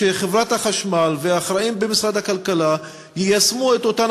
כדי שחברת חשמל והאחראים במשרד הכלכלה יישמו את אותן